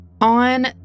On